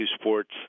sports